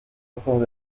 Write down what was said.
ojos